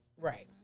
Right